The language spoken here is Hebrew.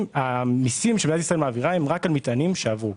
שהמיסים שמדינת ישראל מעבירה הם רק המטענים שעברו.